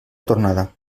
tornada